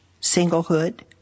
singlehood